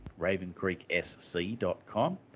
ravencreeksc.com